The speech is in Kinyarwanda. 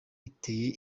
iteye